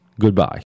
goodbye